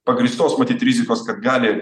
pagrįstos matyt rizikos kad gali